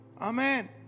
Amen